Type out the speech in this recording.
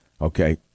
okay